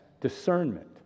discernment